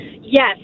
Yes